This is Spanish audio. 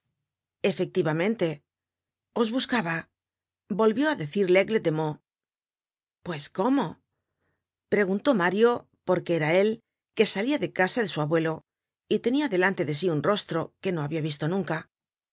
efectivamente os buscaba volvió á decir laigle de meaux pues cómo preguntó mario porque era él que salia de casa de su abuelo y tenia delante de sí un rostro que no habia visto nunca